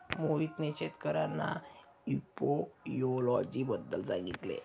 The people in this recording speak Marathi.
मोहितने शेतकर्यांना एपियोलॉजी बद्दल सांगितले